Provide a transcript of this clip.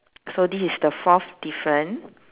so this is the fourth different